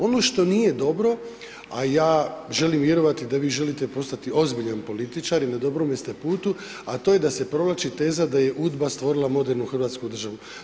Ono što nije dobro, a ja želim vjerovati da vi želite postati ozbiljan političar i na dobrome ste putu, a to je da se provlači teza da je UDBA stvorila modernu Hrvatsku državu.